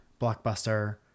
Blockbuster